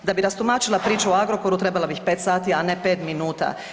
Da bi rastumačila priču o Agrokoru trebala bih 5 sati, a ne 5 minuta.